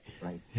Right